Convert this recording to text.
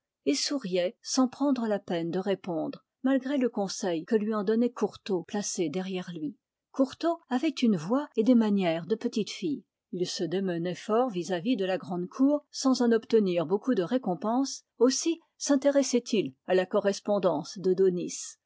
et souriait sans prendre la peine de répondre malgré le conseil que lui en donnait courtot placé derrière lui courtot avait une voix et des manières de petite fille il se démenait fort vis-à-vis de la grande cour sans en obtenir beaucoup de récompense aussi sintéressait il à la correspondance de daunis